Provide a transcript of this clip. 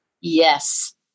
Yes